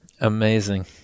Amazing